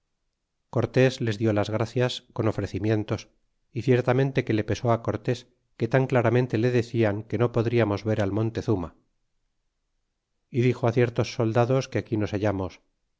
cortés les di las gracias con ofrecimientos y ciertamente que le pesó cortés que tan claramente le decían que no podriamos ver al montezuma y dixo á ciertos soldados que allí nos hallamos